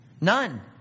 none